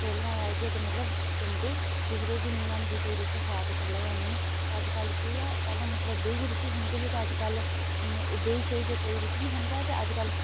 चपलियां लाइयै ते मतलब जंदे दिखदे बी नी ऐ न कि कोई रुट्टी खा थल्लै जां नेईं ते अज्जकल केह् कि पैह्लें मतलब बेहियै रुट्टी खंदे हे ते अज्जकल बेही छेई कोई रुट्टी नी खंदा ऐ ते अज्जकल